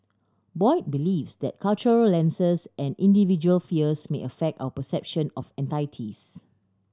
Boyd believes that cultural lenses and individual fears may affect our perception of entities